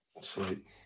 Sweet